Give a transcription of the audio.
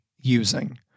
using